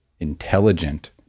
intelligent